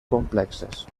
complexes